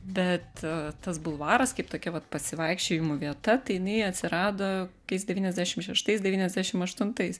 bet tas bulvaras kaip tokia vat pasivaikščiojimų vieta tai jinai atsirado kokiais devyniasdešim šeštais devyniasdešim aštuntais